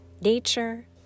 nature